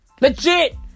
Legit